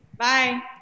Bye